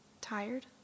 tired